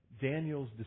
Daniel's